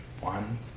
one